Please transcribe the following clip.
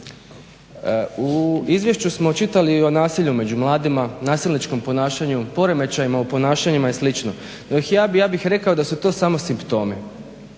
U izvješću smo čitali i o nasilju među mladima, nasilničkom ponašanju, poremećajima u ponašanjima i slično. Ja bih rekao da su to samo simptomi.